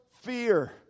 fear